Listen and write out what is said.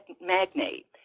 magnate